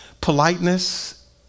politeness